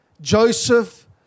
Joseph